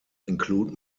include